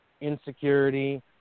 insecurity